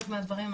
חלק מהדברים,